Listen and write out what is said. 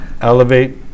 elevate